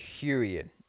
period